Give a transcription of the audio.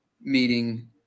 meeting